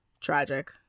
Tragic